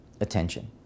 attention